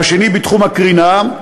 והשני בתחום הקרינה,